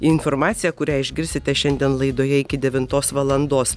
informaciją kurią išgirsite šiandien laidoje iki devintos valandos